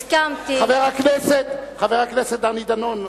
הסכמתי, חבר הכנסת דני דנון.